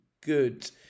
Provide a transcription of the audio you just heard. Good